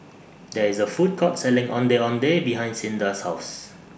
There IS A Food Court Selling Ondeh Ondeh behind Cinda's House